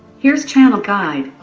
here's channel guide.